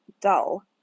dull